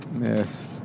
Yes